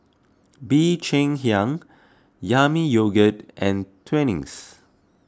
Bee Cheng Hiang Yami Yogurt and Twinings